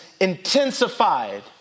intensified